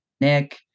Nick